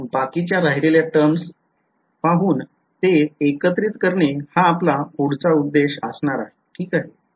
आता बाकीच्या राहिलेले टर्म्स पाहून ते एकत्रित करणे हा आपला पुढचा उद्देश आहे